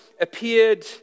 appeared